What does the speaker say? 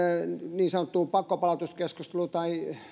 niin sanottuun pakkopalautuskeskusteluun tai